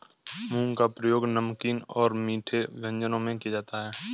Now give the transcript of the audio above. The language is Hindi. मूंग का उपयोग नमकीन और मीठे व्यंजनों में किया जाता है